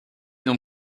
non